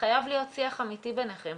חייב להיות שיח אמיתי ביניכם.